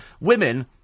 Women